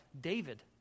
David